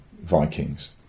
Vikings